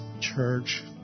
church